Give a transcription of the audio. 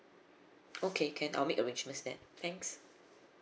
okay can I'll make arrangements then thanks